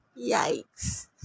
yikes